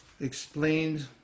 explained